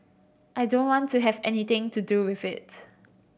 I don't want to have anything to do with it